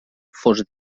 fos